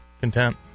content